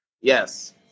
Yes